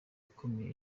ikomeye